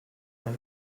nel